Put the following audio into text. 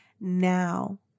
Now